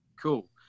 cool